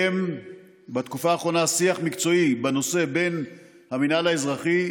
בתקופה האחרונה מתקיים שיח מקצועי בנושא בין המינהל האזרחי,